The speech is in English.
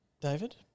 David